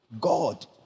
God